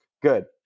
good